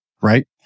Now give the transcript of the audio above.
right